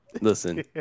Listen